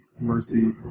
Mercy